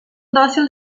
dòcils